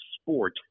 sport